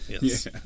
yes